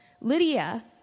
Lydia